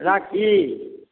राखी